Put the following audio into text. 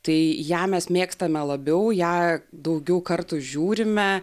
tai ją mes mėgstame labiau ją daugiau kartų žiūrime